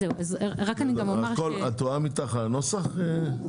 תואם איתך נוסח?